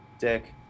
Dick